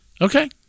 Okay